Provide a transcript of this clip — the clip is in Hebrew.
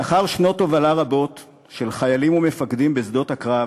לאחר שנות הובלה רבות של חיילים ומפקדים בשדות הקרב,